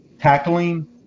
Tackling